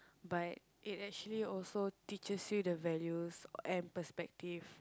but it actually also teaches you the values and perspective